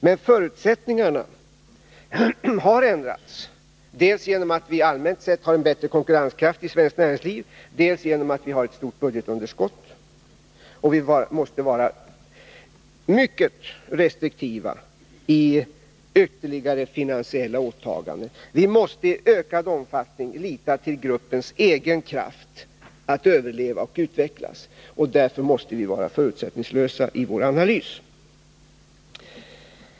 Men förutsättningarna har ändrats dels genom att vi allmänt sett nu har en bättre konkurrenskraft i svenskt näringsliv, dels genom att vi har ett stort budgetunderskott och att vi därför måste vara mycket restriktiva när det till andra länder av statliga företags verksamhet gäller ytterligare finansiella åtaganden. Vi måste i ökad omfattning lita till gruppens egen kraft att överleva och utvecklas, och därför måste vi vara förutsättningslösa i vår analys.